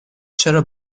چرا